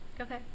Okay